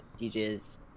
DJs